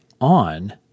on